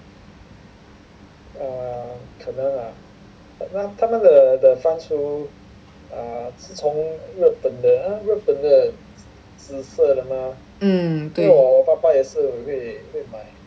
mm 对